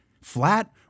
flat